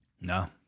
No